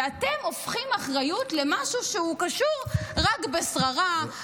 ואתם הופכים אחריות למשהו שקשור רק בשררה,